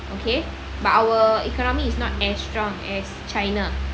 okay but our economy is not as strong as china